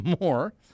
more